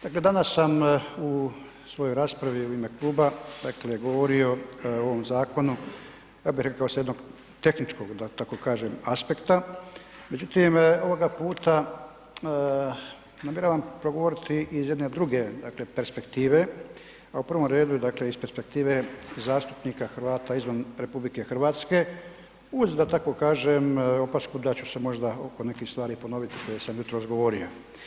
Dakle, danas sam u svojoj raspravi u ime kluba, dakle govorio o ovom zakonu, ja bi reko sa jednog tehničkog da tako kažem aspekta, međutim, ovoga puta namjeravam progovoriti iz jedne druge, dakle perspektive, a u provom redu, dakle iz perspektive zastupnika Hrvata izvan RH uz da tako kažem, opasku da ću se možda oko nekih stvari ponoviti koje sam jutros govorio.